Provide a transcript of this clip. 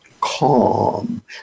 calm